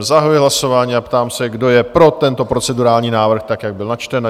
Zahajuji hlasování a ptám se, kdo je pro tento procedurální návrh, tak jak byl načten?